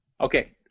Okay